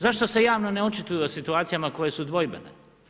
Zašto se javno ne očituju o situacijama koje su dvojbene?